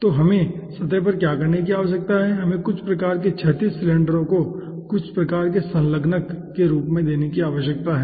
तो हमें सतह पर क्या करने की आवश्यकता है हमें कुछ प्रकार के क्षैतिज सिलेंडरों को कुछ प्रकार के संलग्नक के रूप में देने की आवश्यकता है